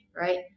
right